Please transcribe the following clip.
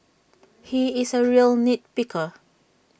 he is A real nit picker